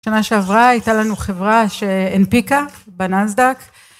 שנה שעברה הייתה לנו חברה שהנפיקה בנסדק.